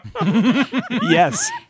Yes